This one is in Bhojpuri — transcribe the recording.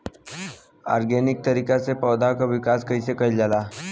ऑर्गेनिक तरीका से पौधा क विकास कइसे कईल जाला?